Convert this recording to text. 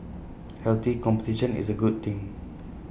healthy competition is A good thing